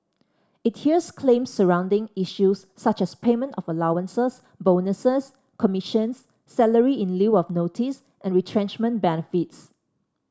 it hears claims surrounding issues such as payment of allowances bonuses commissions salary in lieu of notice and retrenchment benefits